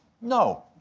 No